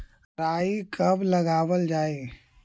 राई कब लगावल जाई?